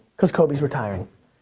cause kobe's retiring.